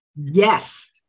Yes